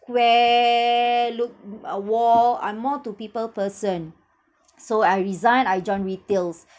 square look uh wall I'm more to people person so I resigned I joined retails